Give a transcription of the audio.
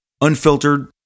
unfiltered